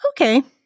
Okay